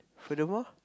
furthermore